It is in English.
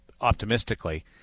optimistically –